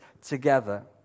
together